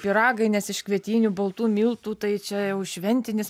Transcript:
pyragai nes iš kvietinių baltų miltų tai čia jau šventinis